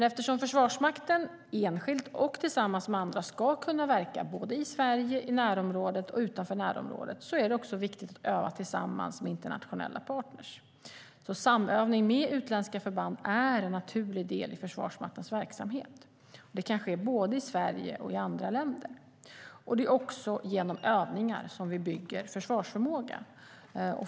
Eftersom Försvarsmakten enskilt och tillsammans med andra ska kunna verka i Sverige, i närområdet och utanför närområdet är det viktigt att öva tillsammans med internationella partner. Samövning med utländska förband är en naturlig del i Försvarsmaktens verksamhet. Det kan ske både i Sverige och i andra länder. Det är också genom övningar som vi bygger försvarsförmågan.